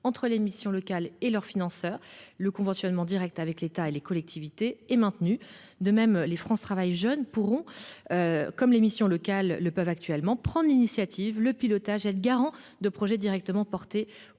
entre les missions locales et leurs financeurs. Le conventionnement direct avec l'État et les collectivités est maintenu. De même, les missions France Travail jeunes pourront, à l'instar des missions locales actuellement, prendre l'initiative du pilotage et être garantes de projets directement portés